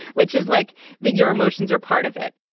which is like the your emotions are part of it